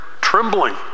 trembling